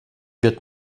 wird